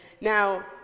Now